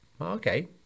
Okay